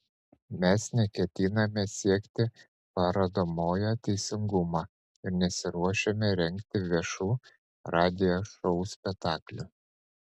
mes neketiname siekti parodomojo teisingumo ir nesiruošiame rengti viešų radijo šou spektaklių